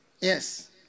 Yes